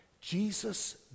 Jesus